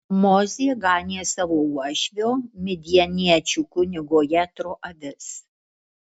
mozė ganė savo uošvio midjaniečių kunigo jetro avis